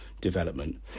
development